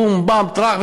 בום-בם-טראח,